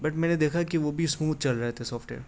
but میں نے دیکھا کہ وہ بھی اسموتھ چل رہا تھا سافٹ ویئر